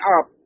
up